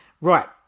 Right